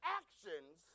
actions